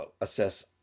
Assess